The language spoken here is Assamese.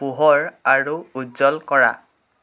পোহৰ আৰু উজ্জ্বল কৰা